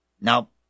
Nope